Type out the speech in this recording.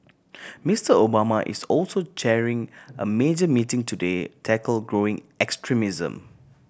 Mister Obama is also chairing a major meeting today tackle growing extremism